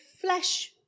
flesh